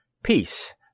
Peace